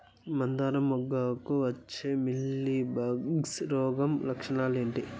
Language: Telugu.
మందారం మొగ్గకు వచ్చే మీలీ బగ్స్ రోగం లక్షణాలు ఏంటి?